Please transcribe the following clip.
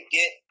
get